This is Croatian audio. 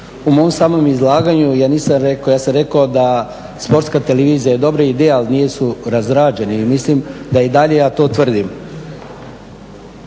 U mom samom izlaganju ja nisam rekao, ja sam rekao da Sportska televizija je dobra ideja ali nisu razrađeni. Mislim da i dalje ja to tvrdim.